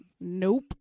nope